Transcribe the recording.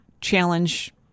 challenge